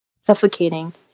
suffocating